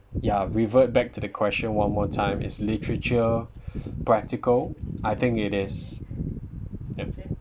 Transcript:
ya revert back to the question one more time is literature practical I think it is